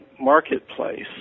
marketplace